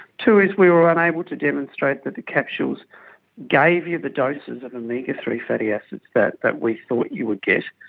two, we were unable to demonstrate that the capsules gave you the doses of omega three fatty acids that that we thought you would get.